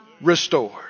restored